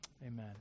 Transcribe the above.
Amen